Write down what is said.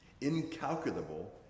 incalculable